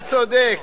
אתה צודק.